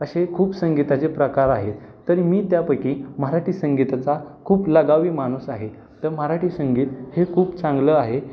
असे खूप संगीताचे प्रकार आहेत तरी मी त्यापैकी मराठी संगीताचा खूप लगावी माणूस आहे तर मराठी संगीत हे खूप चांगलं आहे